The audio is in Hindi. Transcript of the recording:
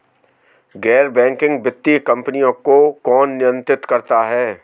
गैर बैंकिंग वित्तीय कंपनियों को कौन नियंत्रित करता है?